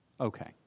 Okay